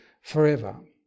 forever